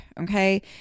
Okay